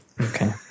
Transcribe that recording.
Okay